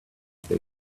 they